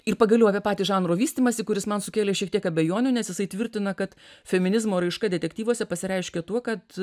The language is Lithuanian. ir pagaliau apie patį žanro vystymąsi kuris man sukėlė šiek tiek abejonių nes jisai tvirtina kad feminizmo raiška detektyvuose pasireiškia tuo kad